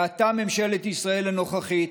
ועתה ממשלת ישראל הנוכחית